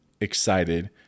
excited